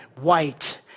white